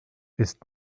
ist